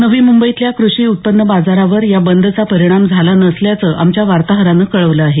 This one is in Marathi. नवी मुंबईतल्या कृषी उत्पन्न बाजारावर या बंदचा परिणाम झाला नसल्याचं आमच्या वार्ताहरानं कळवलं आहे